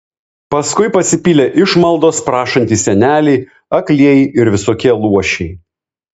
paskui pasipylė išmaldos prašantys seneliai aklieji ir visokie luošiai